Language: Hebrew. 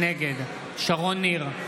נגד שרון ניר,